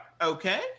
okay